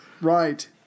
Right